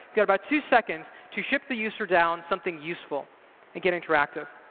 got about two seconds to ship the user down something useful and get interactive.